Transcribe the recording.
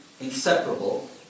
inseparable